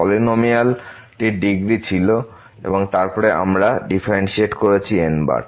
polynomial টি degree ছিল এবং তারপরে আমরা ডিফারেনসিয়েট করেছি n বার